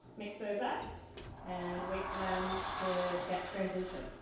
mix those up and wait for them to get translucent